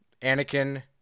Anakin